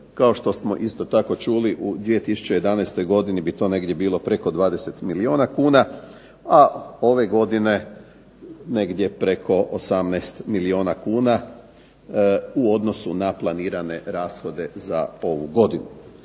Kao što smo isto tako čuli, u 2011. godini bi to negdje bilo preko 20 milijuna kuna, a ove godine negdje preko 18 milijuna kuna u odnosu na planirane rashode za ovu godinu.